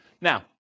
Now